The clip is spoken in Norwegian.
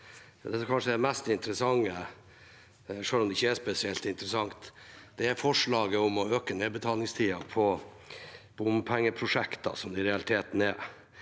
Det kanskje mest interessante – selv om det ikke er spesielt interessant – er forslaget om å øke nedbetalingstiden for bompengeprosjekter, som det i realiteten er.